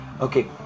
okay